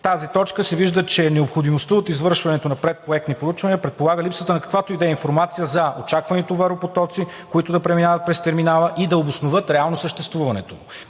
тази точка се вижда, че необходимостта от извършването на предпроектни проучвания предполага липсата на каквато и да е информация за очаквани товаропотоци, които да преминават през терминала и да обосноват реално съществуването